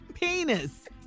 Penis